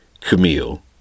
Camille